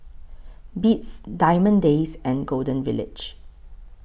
Beats Diamond Days and Golden Village